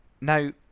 Now